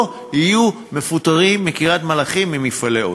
לא יהיו מפוטרים בקריית-מלאכי ממפעלי "אסם".